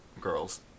girls